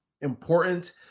important